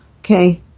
okay